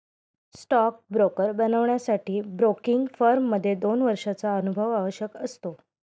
stock broker बनण्यासाठी broking firm मध्ये दोन वर्षांचा अनुभव आवश्यक असतो